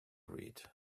read